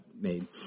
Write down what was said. made